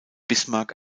bismarck